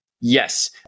yes